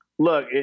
Look